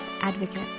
advocate